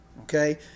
okay